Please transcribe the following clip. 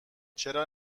چرا